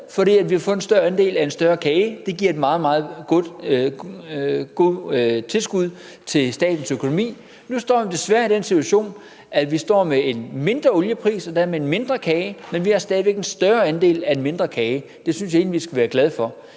fordi vi har fået en større andel af en større kage – det giver et meget, meget godt tilskud til statens økonomi. Nu står vi desværre i den situation, at vi har en mindre oliepris og dermed en mindre kage, men vi har stadig væk en større andel af en mindre kage. Det synes jeg egentlig vi skal være glade for.